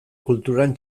kulturan